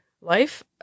life